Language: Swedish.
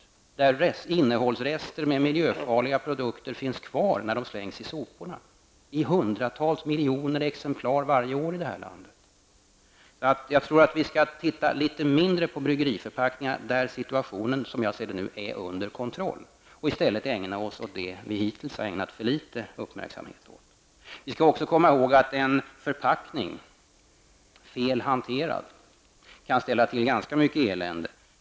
I detta land finns innehållsrester av miljöfarliga produkter kvar i förpackningarna när de varje år i hundratals miljoner exemplar slängs i soporna. Jag tror att vi skall se litet mindre på bryggeriförpackningar -- där är situationen, som jag ser det, nu under kontroll -- och i stället ägna oss åt det vi hittills har ägnat för litet uppmärksamhet. Vi skall också komma ihåg att en förpackning som hanteras fel kan ställa till ganska mycket elände.